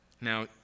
Now